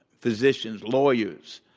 physicians, lawyers,